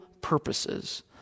purposes